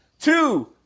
two